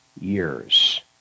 years